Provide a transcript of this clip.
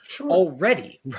already